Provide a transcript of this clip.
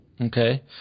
Okay